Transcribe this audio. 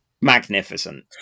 Magnificent